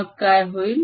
मग काय होईल